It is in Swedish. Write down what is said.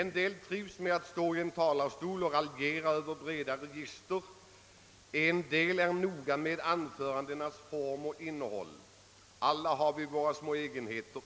En del trivs med att stå i en talarstol och raljera över breda register, en del är noga med anförandenas form och innehåll. Alla har vi våra små egenheter,